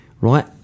right